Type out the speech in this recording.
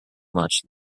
much